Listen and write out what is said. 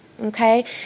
okay